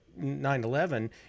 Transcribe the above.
9/11